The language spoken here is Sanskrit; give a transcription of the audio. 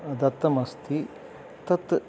दत्तमस्ति तत्